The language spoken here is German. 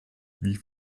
wie